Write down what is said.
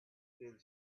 still